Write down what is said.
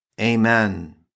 Amen